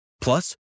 Plus